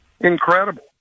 incredible